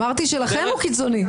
אמרתי שלכם הוא קיצוני.